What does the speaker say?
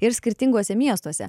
ir skirtinguose miestuose